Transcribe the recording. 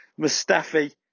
Mustafi